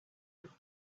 were